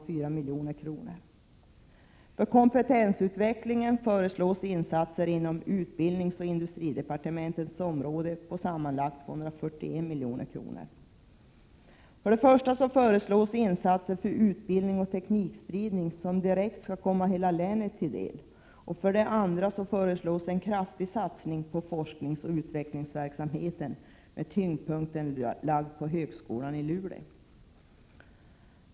För kompetensutveckling föreslås insatser inom utbildningsoch industridepartementens områden om sammanlagt 241 milj.kr. För det första föreslås insatser för utbildning och teknikspridning som direkt skall komma hela länet till del. För det andra föreslås en kraftig satsning på forskningsoch utvecklingsverksamhet med tyngdpunkten lagd på högskolan i Luleå.